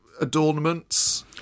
adornments